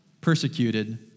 persecuted